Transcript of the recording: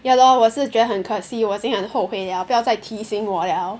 ya lor 我也是觉得很可惜我已经很后悔 liao 不要再提醒我 liao